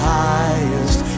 highest